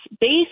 based